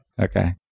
Okay